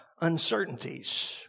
uncertainties